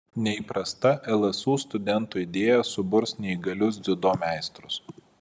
neįprasta lsu studentų idėja suburs neįgalius dziudo meistrus